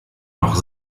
noch